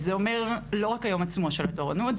זה אומר לא רק היום עצמו של התורנות.